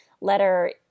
letter